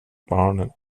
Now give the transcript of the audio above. barnen